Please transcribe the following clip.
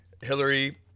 Hillary